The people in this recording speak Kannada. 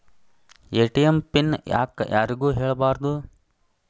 ಎ.ಟಿ.ಎಂ ಪಿನ್ ಯಾಕ್ ಯಾರಿಗೂ ಹೇಳಬಾರದು?